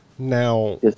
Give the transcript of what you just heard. Now